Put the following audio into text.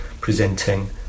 presenting